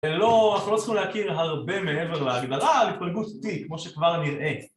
אנחנו לא צריכים להכיר הרבה מעבר להגדרה התפלגות T כמו שכבר נראית